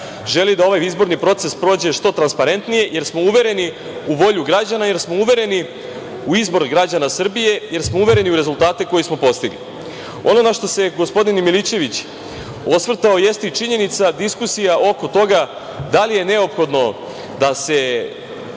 želi da ovaj izborni proces prođe što transparentnije, jer smo uvereni u volju građana, jer smo uvereni u izbor građana Srbije, jer smo uvereni u rezultate koje smo postigli. Ono na šta se gospodin Milićević osvrtao, jeste i činjenica, diskusija oko toga da li je neophodno da se